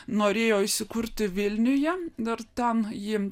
norėjo įsikurti vilniuje dar ten jį